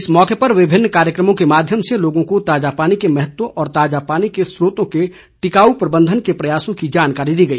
इस अवसर पर विभिन्न कार्यक्रमों के माध्यम से लोगों को ताजा पानी के महत्व और ताजा पानी के स्रोतों के टिकाऊ प्रबंधन के प्रयासों की जानकारी दी गई